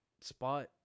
spot